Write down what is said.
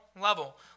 level